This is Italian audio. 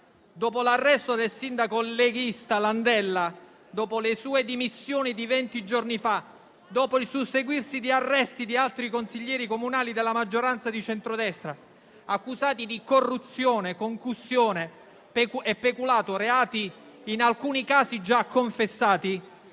Dopo l'arresto del sindaco leghista Landella, dopo le sue dimissioni di venti giorni fa, dopo il susseguirsi di arresti di altri consiglieri comunali della maggioranza di centrodestra, accusati di corruzione, concussione e peculato, reati in alcuni casi già confessati,